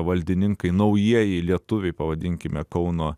valdininkai naujieji lietuviai pavadinkime kauno